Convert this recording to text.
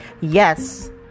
yes